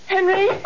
Henry